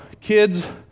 Kids